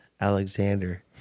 Alexander